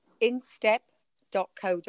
instep.co.uk